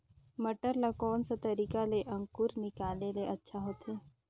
मटर ला कोन सा तरीका ले अंकुर निकाले ले अच्छा होथे?